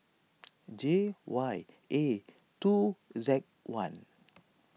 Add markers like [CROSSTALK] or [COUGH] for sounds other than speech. [NOISE] J Y A two Z one [NOISE]